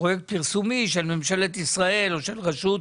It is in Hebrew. פרסומי של ממשלת ישראל או של רשות